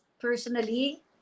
personally